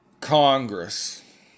Congress